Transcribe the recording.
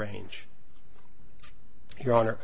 range your honor